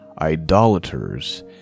idolaters